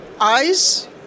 eyes